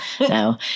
No